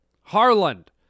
Harland